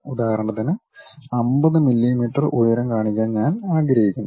ഉദാഹരണത്തിന് 50 മില്ലിമീറ്റർ ഉയരം കാണിക്കാൻ ഞാൻ ആഗ്രഹിക്കുന്നു